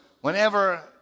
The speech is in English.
whenever